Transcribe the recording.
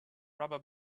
rubber